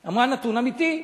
היא אמרה נתון אמיתי,